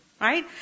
Right